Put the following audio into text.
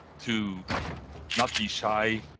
to not be shy,